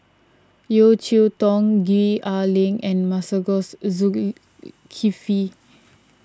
Yeo Cheow Tong Gwee Ah Leng and Masagos Zulkifli